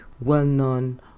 Well-known